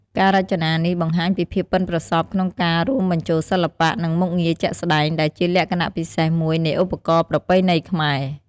ការរចនានេះបង្ហាញពីភាពប៉ិនប្រសប់ក្នុងការរួមបញ្ចូលសិល្បៈ និងមុខងារជាក់ស្តែង ដែលជាលក្ខណៈពិសេសមួយនៃឧបករណ៍ប្រពៃណីខ្មែរ។